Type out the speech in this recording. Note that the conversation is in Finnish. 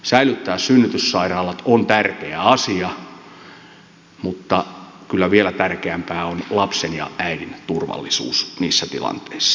säilyttää synnytyssairaalat on tärkeä asia mutta kyllä vielä tärkeämpää on lapsen ja äidin turvallisuus niissä tilanteissa